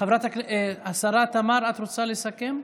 השרה תמר, את רוצה לסכם?